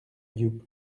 yupp